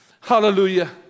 Hallelujah